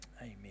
Amen